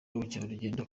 n’ubukerarugendo